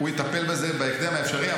הוא יטפל בזה בהקדם האפשרי.